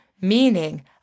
meaning